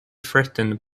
threatened